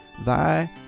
thy